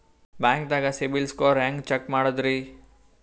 ಬ್ಯಾಂಕ್ದಾಗ CIBIL score ಹೆಂಗ್ check ಮಾಡದ್ರಿ?